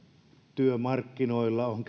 työmarkkinoilla on